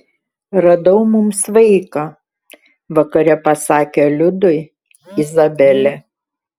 radau mums vaiką vakare pasakė liudui izabelė